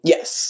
Yes